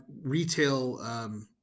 retail